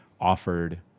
offered